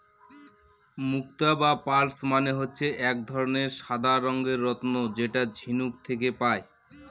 মুক্ত বা পার্লস মানে হচ্ছে এক ধরনের সাদা রঙের রত্ন যেটা ঝিনুক থেকে পায়